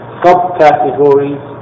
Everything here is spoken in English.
subcategories